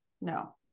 no